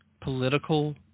political